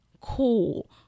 cool